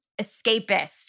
escapist